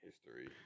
history